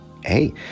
Hey